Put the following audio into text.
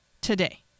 today